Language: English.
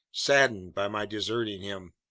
saddened by my deserting him.